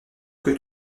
que